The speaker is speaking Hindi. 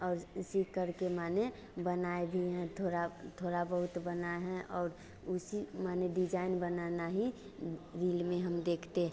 और सीखकर के माने बनाए भी हैं थोड़ा थोड़ा बहुत बनाए हैं और उसी माने डिजाइन बनाना ही रील में हम देखते